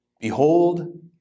Behold